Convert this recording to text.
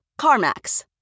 CarMax